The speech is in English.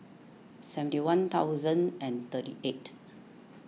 seventy one thousand and thirty eight